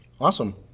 Awesome